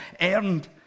earned